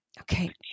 okay